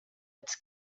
its